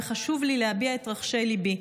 וחשוב לי להביע את רחשי ליבי.